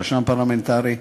רשם פרלמנטרי,